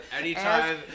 Anytime